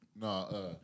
No